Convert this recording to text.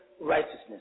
righteousness